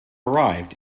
arrived